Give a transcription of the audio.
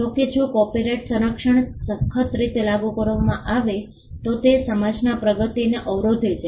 જો કે જો કોપિરાઇટ સંરક્ષણ સખત રીતે લાગુ કરવામાં આવે તો તે સમાજના પ્રગતિને અવરોધે છે